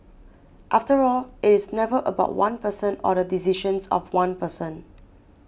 after all it is never about one person or the decisions of one person